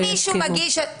אם מישהו מגיש הצעה.